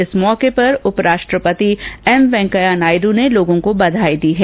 इस मौके पर उप राष्ट्रपति एम वेंकैया नायडू ने लोगों को बधाई दी है